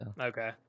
Okay